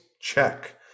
Check